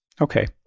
Okay